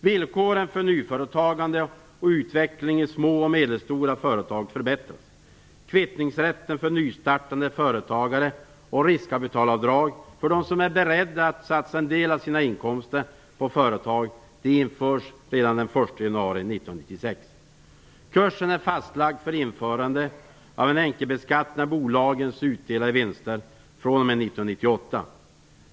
Villkoren för nyföretagande och utveckling i små och medelstora företag förbättras. Kvittningsrätten för nystartande företagare och riskkapitalavdrag för dem som är beredda att satsa en del av sina inkomster på företag införs redan den 1 januari 1996. Kursen är fastlagd för införande av en enkelbeskattning av bolagens utdelade vinster fr.o.m. 1998.